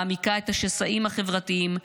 מעמיקה את השסעים החברתיים,